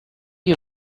you